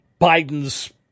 Biden's